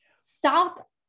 stop